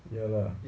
ya lah